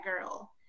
girl